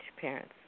parents